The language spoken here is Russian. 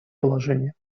положение